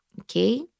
okay